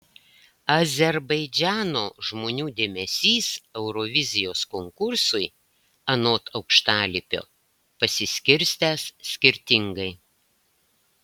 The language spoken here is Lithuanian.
azerbaidžano žmonių dėmesys eurovizijos konkursui anot aukštalipio pasiskirstęs skirtingai